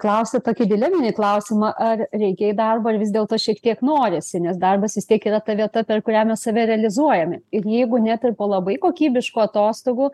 klausti tokį dileminį klausimą ar reikia į darbą ir vis dėl to šiek tiek norisi nes darbas vis tiek yra ta vieta per kurią mes save realizuojame ir jeigu net ir po labai kokybiškų atostogų